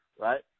right